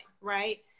right